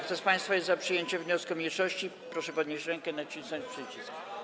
Kto z państwa jest za przyjęciem wniosku mniejszości, proszę podnieść rękę i nacisnąć przycisk.